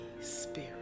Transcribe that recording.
Spirit